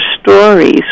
stories